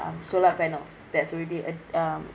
um solar panels that's already a um